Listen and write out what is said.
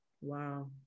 Wow